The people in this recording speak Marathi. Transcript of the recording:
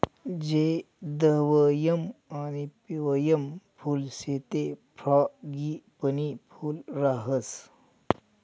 जे धवयं आणि पिवयं फुल शे ते फ्रॉगीपनी फूल राहास